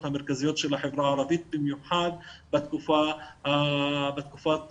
המרכזיות של החברה הערבית במיוחד בתקופת הקורונה.